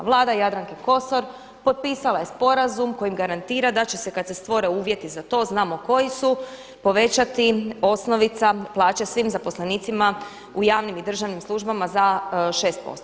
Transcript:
Vlada Jadranke Kosor potpisala je sporazum kojim garantira da će se kad se stvore uvjeti za to, znamo koji su, povećati osnovica plaće svim zaposlenicima u javnim i državnim službama za 6%